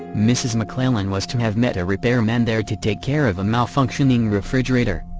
mrs. mcclellan was to have met a repairman there to take care of a malfunctioning refrigerator.